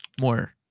more